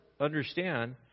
understand